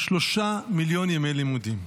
3 מיליון ימי לימודים.